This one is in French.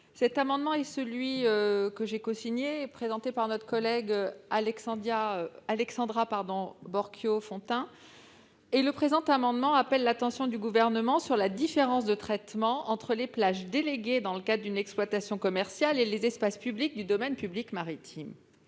amendement, déposé par notre collègue Alexandra Borchio Fontimp, vise à appeler l'attention du Gouvernement sur la différence de traitement entre les plages déléguées dans le cadre d'une exploitation commerciale et les espaces publics du domaine public maritime.